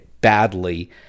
badly